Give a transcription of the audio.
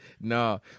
no